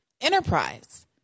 enterprise